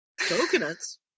Coconuts